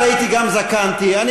תקיים אותה, אדוני.